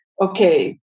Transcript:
okay